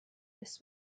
this